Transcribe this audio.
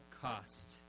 cost